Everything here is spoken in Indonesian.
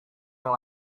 yang